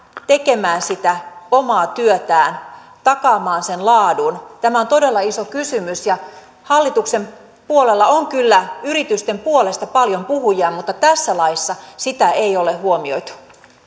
tekemään sitä omaa työtään takaamaan sen laadun tämä on todella iso kysymys ja hallituksen puolella on kyllä yritysten puolesta paljon puhujia mutta tässä laissa sitä ei ole huomioitu